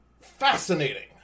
fascinating